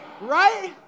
Right